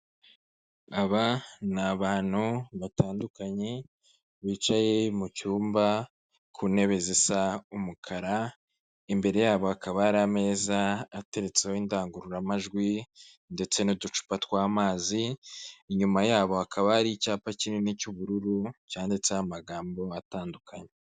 Aba ni abantu batandukanye bicaye mu cyumba ku ntebe zisa umukara, imbere y'abo hakaba hari ameza ateretseho indangururamajwi ndetse n'uducupa tw'amazi, inyuma yabo hakaba hari icyapa kinini cy'ubururu cyanditseho amagambo atandukanye.